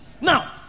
Now